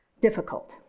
difficult